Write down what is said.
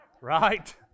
Right